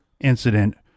incident